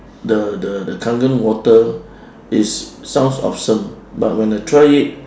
the the the kangen water is sounds awesome but when I try it